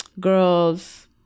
girls